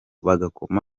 bagakoma